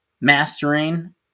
mastering